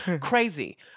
crazy